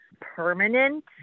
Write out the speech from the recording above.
permanent